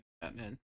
Batman